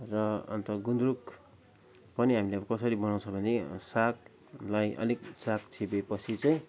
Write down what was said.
र अन्त गुन्द्रुक पनि हामीले कसरी बनाउँछ भने सागलाई अलिक साग छिप्पिएपछि चाहिँ